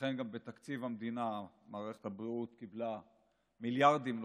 לכן גם בתקציב המדינה מערכת הבריאות קיבלה מיליארדים נוספים.